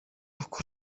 uko